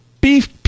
beef